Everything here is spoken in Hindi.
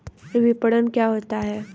विपणन क्या होता है?